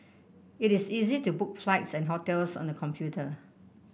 it is easy to book flights and hotels on the computer